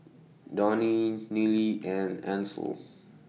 Donie Nealy and Ancel